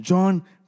John